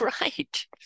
right